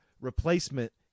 replacement